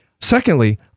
Secondly